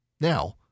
Now